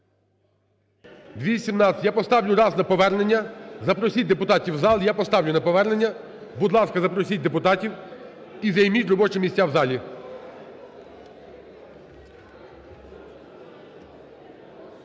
Я поставлю раз на повернення. Запросіть депутатів в зал, я поставлю на повернення. Будь ласка, запросіть депутатів і займіть робочі місця в залі.